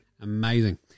Amazing